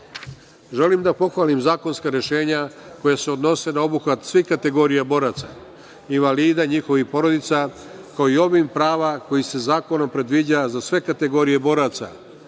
kuću“.Želim da pohvalim zakonska rešenja koja se odnose na obuhvat svih kategorija boraca, invalida i njihovih porodica, kao i obim prava koji se zakonom predviđa za sve kategorije boraca